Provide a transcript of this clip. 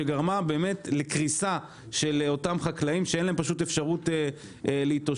שגרמה באמת לקריסה של אותם חקלאים שאין להם פשוט אפשרות להתאושש.